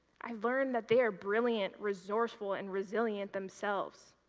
i learned that they are brilliant, resourceful and resilient themselves,